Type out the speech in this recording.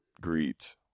greet